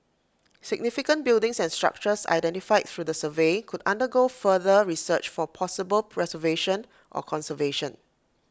significant buildings and structures identified through the survey could undergo further research for possible preservation or conservation